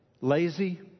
lazy